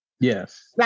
Yes